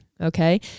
Okay